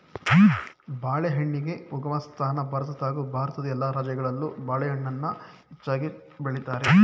ಬಾಳೆಹಣ್ಣಿಗೆ ಉಗಮಸ್ಥಾನ ಭಾರತ ಹಾಗೂ ಭಾರತದ ಎಲ್ಲ ರಾಜ್ಯಗಳಲ್ಲೂ ಬಾಳೆಹಣ್ಣನ್ನ ಹೆಚ್ಚಾಗ್ ಬೆಳಿತಾರೆ